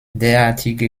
derartige